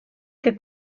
que